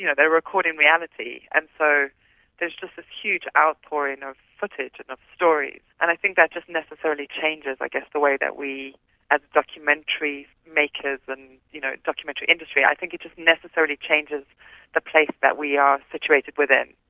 you know they are recording reality, and so there's just this huge outpouring of footage and of stories, and i think that just necessarily changes i guess the way that we as documentary makers and you know documentary industry, i think it's just necessarily changes the place that we are situated within.